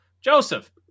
Joseph